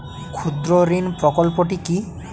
ক্ষুদ্রঋণ প্রকল্পটি কি?